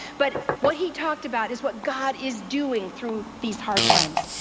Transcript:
but what he talked about is what god is doing through these hard times,